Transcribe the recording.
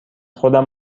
خودم